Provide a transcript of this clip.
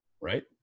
right